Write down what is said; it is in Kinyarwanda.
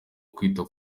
kwita